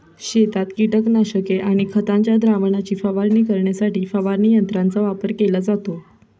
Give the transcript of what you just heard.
शेतात कीटकनाशके आणि खतांच्या द्रावणाची फवारणी करण्यासाठी फवारणी यंत्रांचा वापर केला जातो